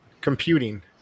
computing